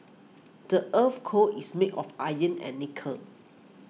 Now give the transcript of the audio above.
the earth's core is made of iron and nickel